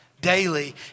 Daily